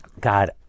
God